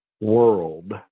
world